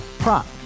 Prop